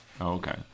Okay